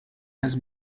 has